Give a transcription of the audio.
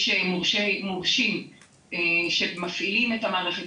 יש מורשים שמפעילים את המערכת,